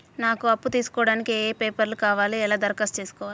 నాకు అప్పు తీసుకోవడానికి ఏ పేపర్లు కావాలి ఎలా దరఖాస్తు చేసుకోవాలి?